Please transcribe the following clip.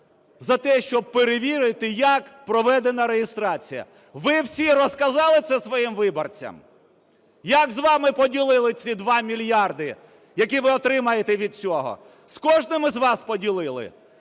за те, щоб перевірити, як проведена реєстрація. Ви всі розказали це своїм виборцям, як з вами поділили ці два мільярди, які ви отримаєте від цього? З кожним із вас поділили!